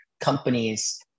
companies